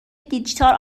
دیجیتال